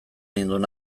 ninduen